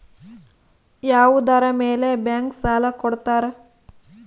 ಯಾವುದರ ಮೇಲೆ ಬ್ಯಾಂಕ್ ಸಾಲ ಕೊಡ್ತಾರ?